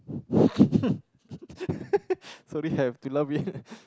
sorry I have to laugh a bit